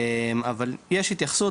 אבל יש התייחסות,